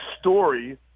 story